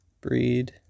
breed